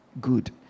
Good